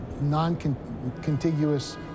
non-contiguous